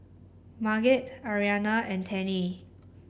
Marget Arianna and Tennie